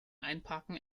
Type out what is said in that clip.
einparken